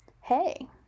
hey